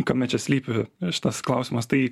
kame čia slypi šitas klausimas tai